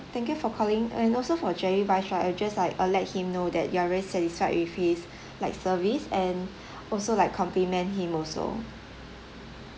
thank you for calling and also for jerry wise right I'll just like uh let him know that you are really satisfied with his like service and also like compliment him also